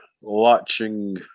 watching